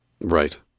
Right